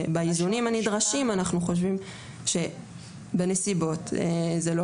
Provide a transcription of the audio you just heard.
באיזונים הנדרשים אנחנו חושבים שבנסיבות זה לא